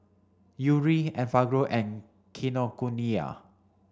Yuri Enfagrow and Kinokuniya